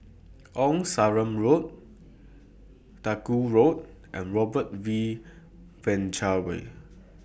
Old Sarum Road Duku Road and Robert V Way